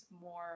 more